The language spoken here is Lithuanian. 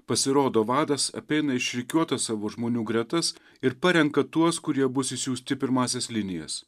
pasirodo vadas apeina išrikiuotas savo žmonių gretas ir parenka tuos kurie bus išsiųsti į pirmąsias linijas